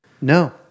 No